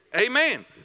Amen